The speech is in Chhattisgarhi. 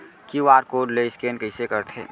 क्यू.आर कोड ले स्कैन कइसे करथे?